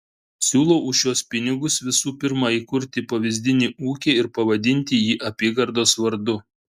siūlau už šiuos pinigus visų pirma įkurti pavyzdinį ūkį ir pavadinti jį apygardos vardu